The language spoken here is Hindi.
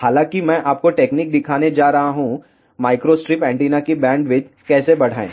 हालांकि मैं आपको टेक्नीक दिखाने जा रहा हूं माइक्रोस्ट्रिप एंटीना की बैंडविड्थ कैसे बढ़ाएं